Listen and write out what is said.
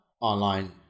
online